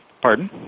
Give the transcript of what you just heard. pardon